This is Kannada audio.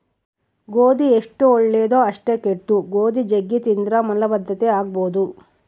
ಗೋಧಿ ಎಷ್ಟು ಒಳ್ಳೆದೊ ಅಷ್ಟೇ ಕೆಟ್ದು, ಗೋಧಿ ಜಗ್ಗಿ ತಿಂದ್ರ ಮಲಬದ್ಧತೆ ಆಗಬೊದು